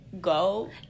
go